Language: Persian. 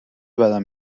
بدم